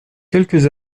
quelques